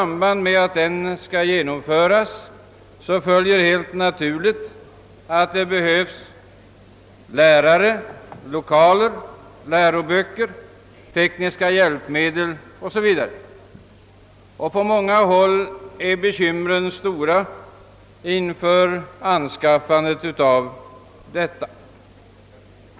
Men med detta genomförande följer helt naturligt att det behövs lärare, lokaler, läroböcker, tekniska hjälpmedel o.s.v., och på många håll är bekymren stora inför anskaffandet av allt detta.